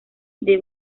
the